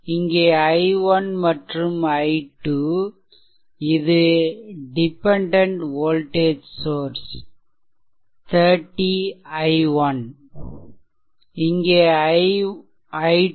இங்கே i1 மற்றும் i2 இது டிபெண்டென்ட் வோல்டேஜ் சோர்ஸ் 30 i1 இங்கே i2